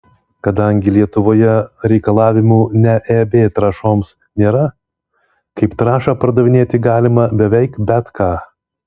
kadangi lietuvoje reikalavimų ne eb trąšoms nėra kaip trąšą pardavinėti galima beveik bet ką